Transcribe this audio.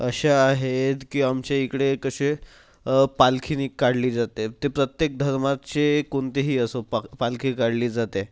अशा आहेत की आमच्या इकडे कसे पालखी नी काढली जाते ते प्रत्येक धर्माचे कोणतेही असो प पालखी काढली जाते